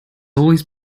always